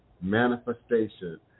Manifestation